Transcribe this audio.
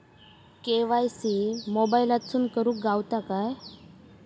KYC मोबाईलातसून करुक गावता काय?